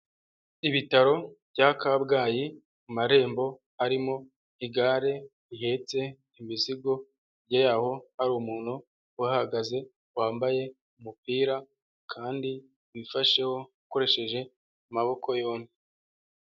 Ibitaro bya kabwayi ;mu marembo harimo igare rihetse imizigo, hirya yaho har' umuntu uhahagaze wambaye umupira kandi wifasheho ukoresheje amaboko yombi.